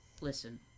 Listen